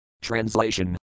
Translation